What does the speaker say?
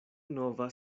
nova